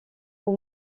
aux